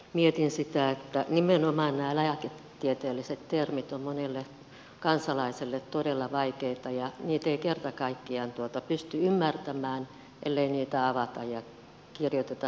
mietin sitä että nimenomaan nämä lääketieteelliset termit ovat monelle kansalaiselle todella vaikeita ja niitä ei kerta kaikkiaan pysty ymmärtämään ellei niitä avata ja kirjoiteta selkokielellä